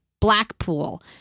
Blackpool